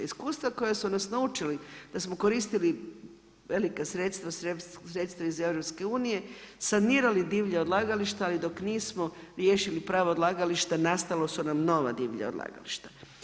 Iskustva koja su nas naučili da smo koristili velika sredstva, sredstva iz EU, sanirali divlja odlagališta ali dok nismo riješili prava odlagališta nastala su nam nova divlja odlagališta.